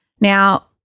Now